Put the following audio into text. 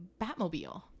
batmobile